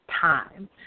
time